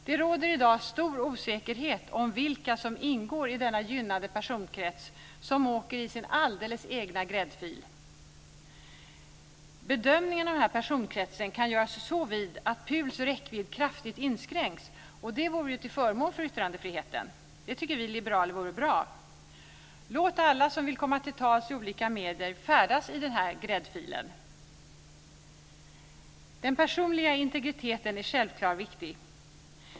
Det råder i dag stor osäkerhet om vilka som ingår i denna gynnade personkrets, som åker i sin alldeles egen gräddfil. Bedömningen av denna personkrets kan göras så vid att PUL:s räckvidd kraftigt inskränks, och det vore till förmån för yttrandefriheten. Det tycker vi liberaler vore bra. Låt alla som vill komma till tals i olika medier färdas i denna gräddfil. Den personliga integriteten är självklart viktig.